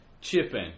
chipping